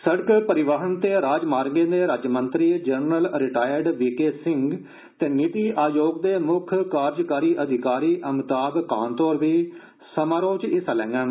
सडक परिवहन ते राजमार्गे दे राज्य मंत्री general retired V K Singh ते निति आयोग दे मुक्ख कारजकारी अधिकारी अमिताभ कांत होर बी समारोह च हिस्सा लैडन